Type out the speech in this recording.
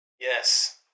Yes